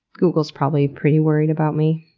google is probably pretty worried about me.